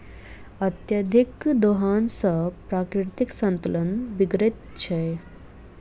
अत्यधिक दोहन सॅ प्राकृतिक संतुलन बिगड़ैत छै